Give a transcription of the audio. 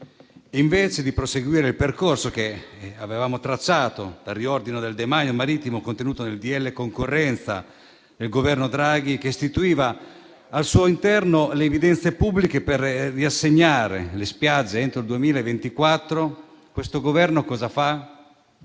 Invece di proseguire il percorso che avevamo tracciato del riordino del demanio marittimo contenuto nel disegno di legge sulla concorrenza del Governo Draghi, che istituiva al suo interno le evidenze pubbliche per riassegnare le spiagge entro il 2024, questo Governo cosa fa?